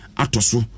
atosu